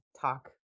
talk